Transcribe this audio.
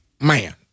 man